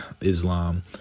islam